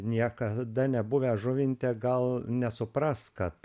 niekada nebuvę žuvinte gal nesupras kad